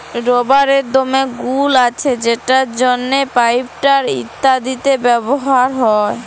রাবারের দমে গুল্ আছে যেটর জ্যনহে পাইপ, টায়ার ইত্যাদিতে ব্যাভার হ্যয়